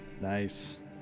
Nice